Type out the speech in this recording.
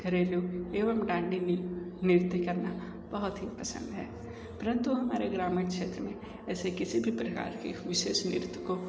घरेलु एवं दांडीनील नृत्य करना बहुत ही पसंद है परंतु हमारे ग्रामीण क्षेत्र में ऐसे किसी भी प्रकार के विशेष नृत्य को